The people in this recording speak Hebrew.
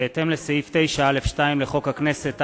בהתאם לסעיף 9(א)(2) לחוק הכנסת,